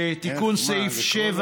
תיקון סעיף 7: